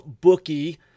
bookie